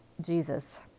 Jesus